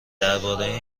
درباره